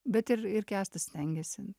bet ir ir kęstas stengėsi